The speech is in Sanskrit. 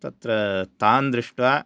तत्र तान् दृष्ट्वा